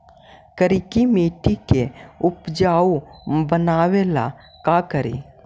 करिकी मिट्टियां के उपजाऊ बनावे ला का करी?